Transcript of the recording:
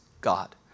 God